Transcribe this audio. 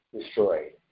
destroyed